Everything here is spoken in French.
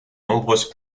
nombreuses